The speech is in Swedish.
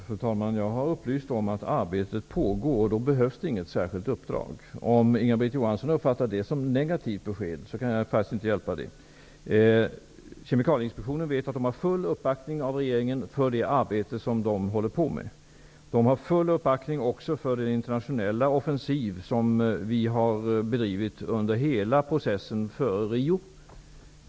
Fru talman! Jag har upplyst om att arbetet pågår och då behövs inget särskilt uppdrag. Om Inga Britt Johansson har uppfattat detta som ett negativt besked, kan jag faktiskt inte hjälpa det. På Kemikalieinspektionen vet man att man har full uppbackning av regeringen för sitt arbete. Man har också full uppbackning för den internationella offensiv som har bedrivits under hela processen före Riokonferesen.